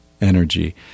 energy